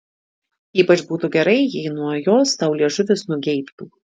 ypač būtų gerai jei nuo jos tau liežuvis nugeibtų